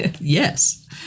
Yes